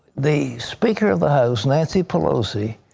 the speaker of the house, nancy pelosi,